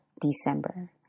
December